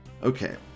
Okay